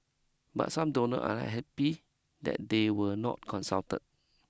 but some donor are unhappy that they were not consulted